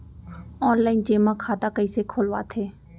Online जेमा खाता कइसे खोलवाथे?